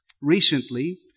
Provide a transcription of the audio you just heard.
Recently